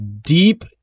deep